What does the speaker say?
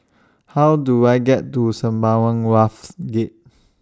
How Do I get to Sembawang Wharves Gate